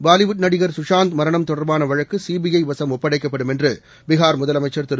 பாலிவுட் நடிகர் குஷாந்த் மரணம் தொடர்பான வழக்கு சிபிஐ வசும் ஒப்படைக்கப்படும் என்று பீகார் முதலமைச்சர் திரு